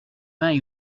vingt